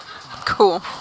Cool